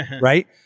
Right